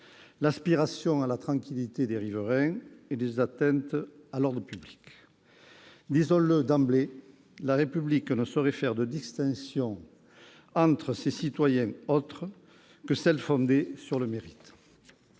l'aspiration à la tranquillité des riverains et les atteintes à l'ordre public. Disons-le d'emblée, la République ne saurait faire de distinction entre ses citoyens autres que celles qui sont fondées sur le mérite.